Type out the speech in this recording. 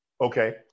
Okay